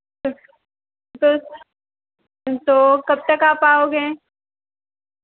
तो कब तक आप आओगे